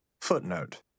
Footnote